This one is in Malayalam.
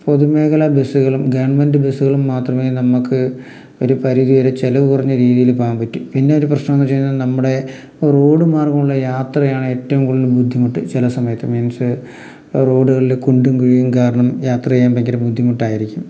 പൊതുമേഖല ബസ്സുകളും ഗവൺമെൻറ് ബസ്സുകളും മാത്രമേ നമുക്ക് ഒരു പരിധി വരെ ചിലവ് കുറഞ്ഞ രീതിയിൽ പോകാൻ പറ്റും പിന്നെ ഒരു പ്രശ്നം എന്നു വച്ചു കഴിഞ്ഞാൽ നമ്മുടെ റോഡ് മാർഗമുള്ള യാത്രയാണ് ഏറ്റവും കൂടുതൽ ബുദ്ധിമുട്ട് ചില സമയത്ത് മീൻസ് റോഡുകളിൽ കുണ്ടും കുഴിയും കാരണം യാത്ര ചെയ്യാൻ ഭയങ്കര ബുദ്ധിമുട്ടായിരിക്കും